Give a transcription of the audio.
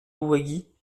louwagie